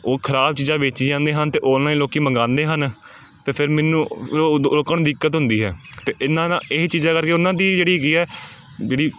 ਉਹ ਖਰਾਬ ਚੀਜ਼ਾਂ ਵੇਚੀ ਜਾਂਦੇ ਹਨ ਅਤੇ ਔਨਲਾਈਨ ਲੋਕ ਮੰਗਵਾਉਂਦੇ ਹਨ ਅਤੇ ਫਿਰ ਮੈਨੂੰ ਰੋਕਣ ਦਿੱਕਤ ਹੁੰਦੀ ਹੈ ਅਤੇ ਇਹਨਾਂ ਦਾ ਇਹ ਹੀ ਚੀਜ਼ਾਂ ਕਰਕੇ ਉਹਨਾਂ ਦੀ ਜਿਹੜੀ ਹੈਗੀ ਆ ਜਿਹੜੀ